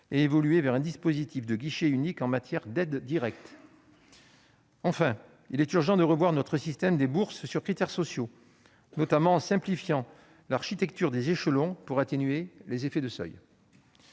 et l'évolution vers un dispositif de « guichet unique » en matière d'aides directes. Enfin, il est urgent de revoir notre système de bourses sur critères sociaux, notamment en simplifiant l'architecture des échelons pour atténuer les effets de seuil.